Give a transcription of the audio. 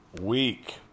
week